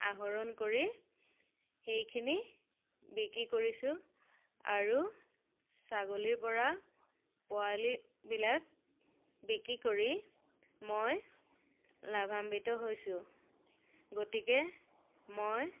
আহৰণ কৰি সেইখিনি বিক্ৰী কৰিছোঁ আৰু ছাগলীৰ পৰা পোৱালিবিলাক বিক্ৰী কৰি মই লাভাম্বিত হৈছোঁ গতিকে মই